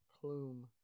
plume